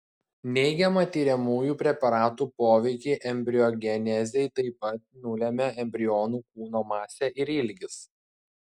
neigiamą tiriamųjų preparatų poveikį embriogenezei taip pat nulemia embrionų kūno masė ir ilgis